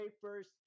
first